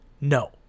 No